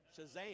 Shazam